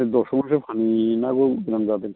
दस मनसो फानहैनो हागौ मोजां जादों